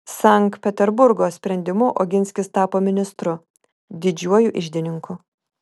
sankt peterburgo sprendimu oginskis tapo ministru didžiuoju iždininku